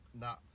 no